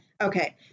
Okay